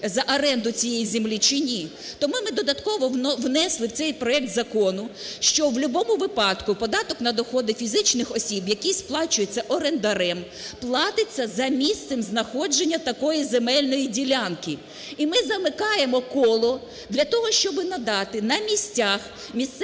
за оренду цієї землі чи ні? Тому ми додатково внесли в цей проект закону, що в любому випадку податок на доходи фізичних осіб, який сплачується орендарем, платиться за місцем знаходження такої земельної ділянки. І ми замикаємо коло для того, щоби надати на місцях місцевим